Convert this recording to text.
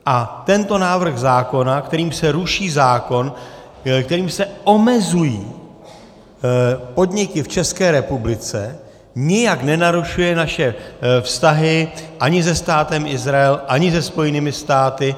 A tento návrh zákona, kterým se ruší zákon, kterým se omezují podniky v České republice, nijak nenarušuje naše vztahy ani se Státem Izrael, ani se Spojenými státy.